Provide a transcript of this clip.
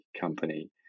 company